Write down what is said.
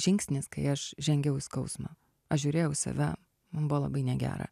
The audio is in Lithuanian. žingsnis kai aš žengiau į skausmą aš žiūrėjau į save man buvo labai negera